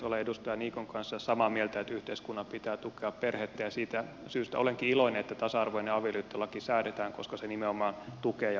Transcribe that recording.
olen edustaja niikon kanssa samaa mieltä että yhteiskunnan pitää tukea perhettä ja siitä syystä olenkin iloinen että tasa arvoinen avioliittolaki säädetään koska se nimenomaan tukee ja vahvistaa perheitä